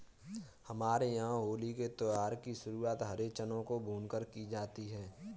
हमारे यहां होली के त्यौहार की शुरुआत हरे चनों को भूनकर की जाती है